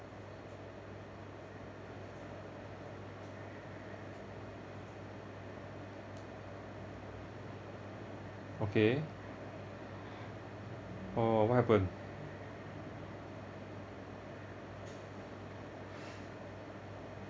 okay oh what happened